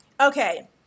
Okay